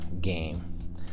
game